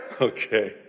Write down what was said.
Okay